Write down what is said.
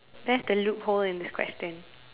that's the loophole in this question